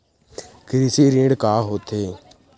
कृषि ऋण का होथे?